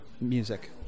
music